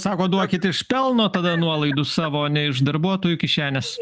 sako duokit iš pelno tada nuolaidų savo ne iš darbuotojų kišenės